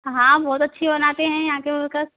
हाँ बहुत अच्छी बनाते हैं यहाँ के वर्कर्स